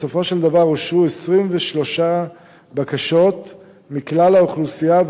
בסופו של דבר אושרו 23 בקשות מכלל האוכלוסייה,